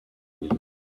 reason